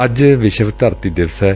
ਅੱਜ ਵਿਸ਼ਵ ਧਰਤੀ ਦਿਵਸ ਏ